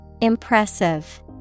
Impressive